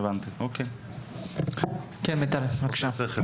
מיטל, בבקשה.